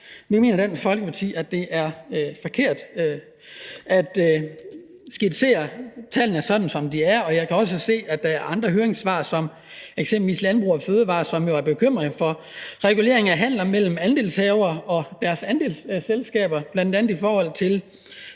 mener, det er forkert at skitsere tallene sådan, som det er gjort, og jeg kan også se, at man i andre høringssvar, eksempelvis det fra Landbrug & Fødevarer, jo er bekymret for regulering af handel mellem andelshavere og deres andelsselskaber, bl.a. i forhold til